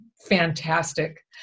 fantastic